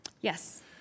Yes